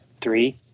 three